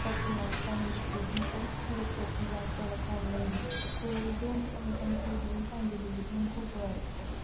ഇപ്പം പിള്ളേർക്ക് ആണെങ്കിൽപ്പോലും ഇപ്പം വെക്കേഷൻ ക്ലാസുകളൊക്കെ ഓൺലൈൻ ഇപ്പം കോവിഡ് വന്ന സമയത്താണ് കൂടുതലും സാങ്കേതികവിദ്യ നമുക്ക് ഉപകാരപ്പെട്ടത്